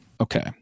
Okay